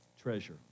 treasure